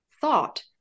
thought